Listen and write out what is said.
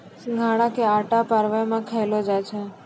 सिघाड़ा के आटा परवो मे खयलो जाय छै